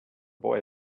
boy